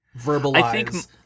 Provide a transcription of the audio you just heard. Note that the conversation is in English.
verbalize